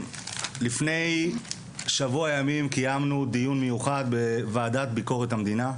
לפני שבוע ימים קיימנו דיון מיוחד בוועדה לביקורת המדינה,